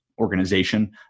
organization